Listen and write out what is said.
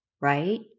right